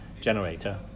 generator